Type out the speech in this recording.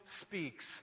speaks